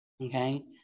okay